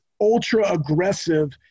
ultra-aggressive